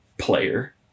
player